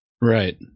Right